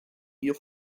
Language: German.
ihr